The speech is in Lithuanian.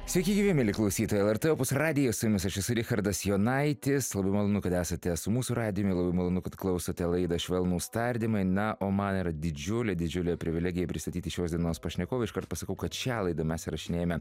sveiki gyvi mieli klausytojai lrt opus radijas su jumis aš esu richardas jonaitis labai malonu kad esate su mūsų radiju labai malonu kad klausote laida švelnūs tardymai na o man yra didžiulė didžiulė privilegija pristatyti šios dienos pašnekovą iškart pasakau kad šią laidą mes įrašinėjame